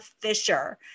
Fisher